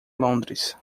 londres